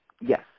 Yes